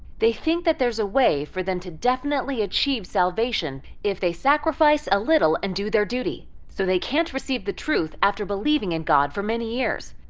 they think that there's a way for them to definitely achieve salvation if they sacrifice a little and do their duty. so they can't receive the truth after believing in god for many years.